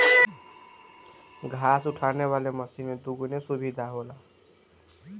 घास उठावे वाली मशीन में दूगो सुविधा होला